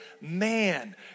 man